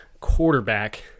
quarterback